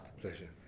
Pleasure